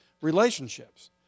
relationships